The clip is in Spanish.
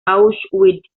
auschwitz